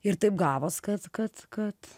ir taip gavos kad kad kad